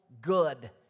good